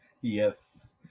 Yes